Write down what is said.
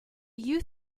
you